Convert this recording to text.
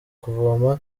kuvoma